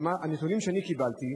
הנתונים שאני קיבלתי,